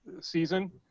season